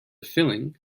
filling